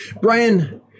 Brian